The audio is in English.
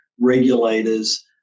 regulators